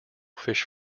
fish